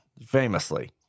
Famously